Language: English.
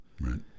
right